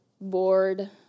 bored